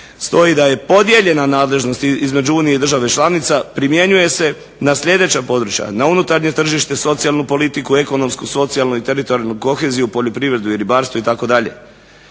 stoji da je podijeljena nadležnost između Unije i država članica primjenjuje se na sljedeća područja: na unutarnje tržište, socijalnu politiku, ekonomsku, socijalnu, teritorijalnu koheziju, poljoprivredu i ribarstvo itd.